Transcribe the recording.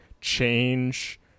change